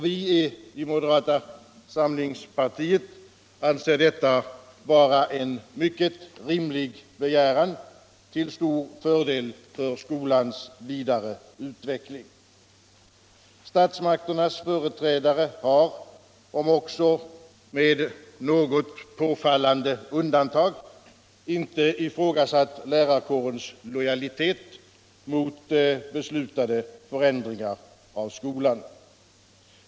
Vi i moderata samlingspartiet anser detta vara en mycket rimlig begäran till stor fördel för skolans vidare utveckling. Statsmakternas företrädare har, om också med något påfallande undantag, inte ifrågasatt lärarkårens lojalitet mot beslutade förändringar av skolan.